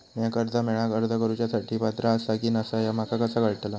म्या कर्जा मेळाक अर्ज करुच्या साठी पात्र आसा की नसा ह्या माका कसा कळतल?